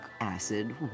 acid